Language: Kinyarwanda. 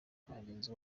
abagenzi